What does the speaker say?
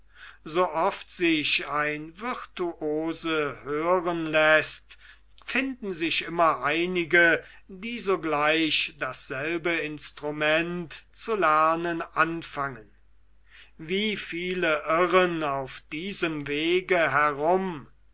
sooft sich ein virtuose hören läßt finden sich immer einige die sogleich dasselbe instrument zu lernen anfangen wie viele irren auf diesem wege herum